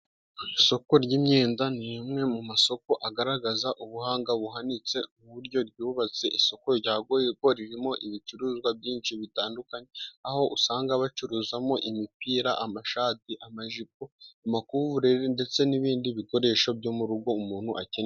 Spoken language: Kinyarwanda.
Isoko ry'imyenda ni rimwe mu masoko agaragaza ubuhanga buhanitse mu muryo ryubatse, isoko rya Goyigo ririmo ibicuruzwa byinshi bitandukanye, aho usanga bacuruzamo imipira, amashati, amajipo, amakuvureri ndetse n'ibindi bikoresho byo mu rugo umuntu akenera.